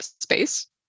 space